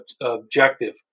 objective